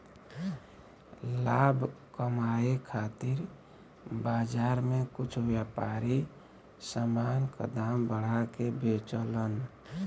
लाभ कमाये खातिर बाजार में कुछ व्यापारी समान क दाम बढ़ा के बेचलन